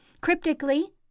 Cryptically